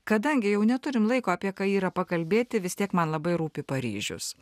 kadangi jau neturim laiko apie ką yra pakalbėti vis tiek man labai rūpi paryžius